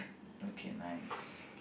okay nice